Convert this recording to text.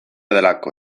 delako